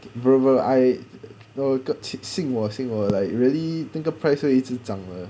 bro bro I no 信我信我 like really 那个 price 会一直涨的